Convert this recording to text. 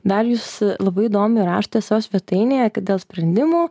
dar jūs labai įdomiai rašote savo svetainėje kad dėl sprendimų